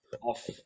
off